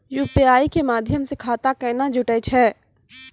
UPI के माध्यम से खाता केना जुटैय छै?